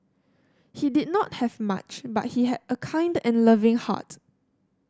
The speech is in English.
he did not have much but he had a kind and loving heart